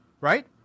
Right